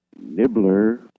Nibbler